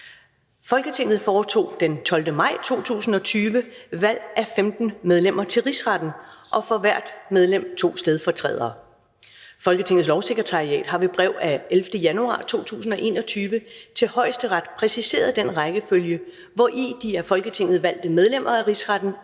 Folketinget foretog den 12. maj 2020 valg af 15 medlemmer til Rigsretten og for hvert medlem to stedfortrædere. Folketingets Lovsekretariat har ved brev af 11. januar 2021 til Højesteret præciseret den rækkefølge, hvori de af Folketinget valgte medlemmer af Rigsretten